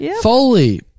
Foley